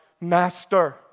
master